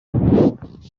abanyarwanda